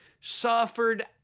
suffered